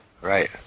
right